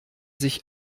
sich